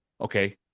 okay